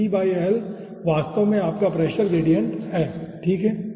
तो pl वास्तव में आपका प्रेशर ग्रेडिएंट है ठीक है